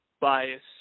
bias